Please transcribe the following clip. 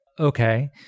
Okay